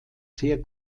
sehr